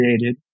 created